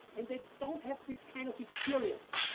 and they don't have this kind of experience.